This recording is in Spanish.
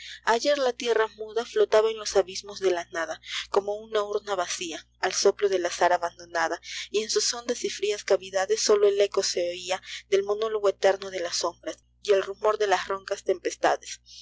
layer la tierra muda flotaba en los abismos de la nada como una urna vacia al soplo del azar abandonada y en sus hondas y frias cavidades solo el éco se oía del monólogo eterno de las sombras y el rumor de las roncas tempestades